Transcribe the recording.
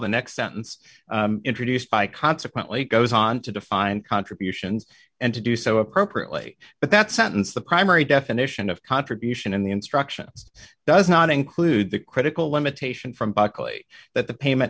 the no sentence introduced by consequently goes on to define contributions and to do so appropriately but that sentence the primary definition of contribution in the instructions does not include the critical limitation from buckley that the payment